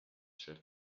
chef